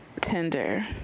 Tinder